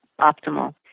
Optimal